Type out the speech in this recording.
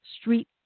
street